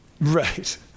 Right